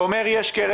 הוא אומר: יש קרן.